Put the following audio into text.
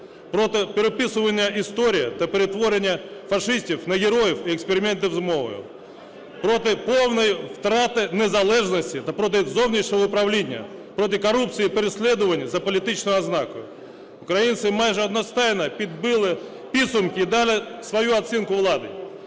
проти переписування історії та перетворення фашистів на героїв і експериментів з мовою, проти повної втрати незалежності та проти зовнішнього управління, проти корупції і переслідувань за політичною ознакою. Українці майже одностайно підбили підсумки і дали свою оцінку владі.